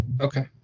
Okay